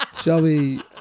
Shelby